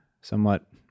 somewhat